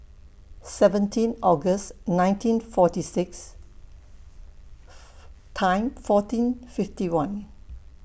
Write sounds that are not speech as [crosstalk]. seventeen August nineteen forty six [noise] Time fourteen fifty one